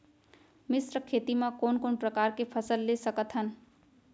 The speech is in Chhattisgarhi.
मिश्र खेती मा कोन कोन प्रकार के फसल ले सकत हन?